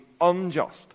unjust